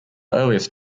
earliest